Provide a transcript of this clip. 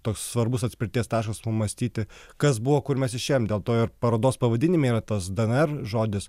toks svarbus atspirties taškas pamąstyti kas buvo kur mes išėjom dėl to ir parodos pavadinime yra tas dnr žodis